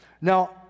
Now